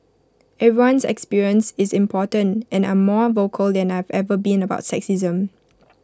everyone's experience is important and I'm more vocal than I've ever been about sexism